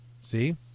See